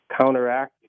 counteract